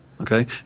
Okay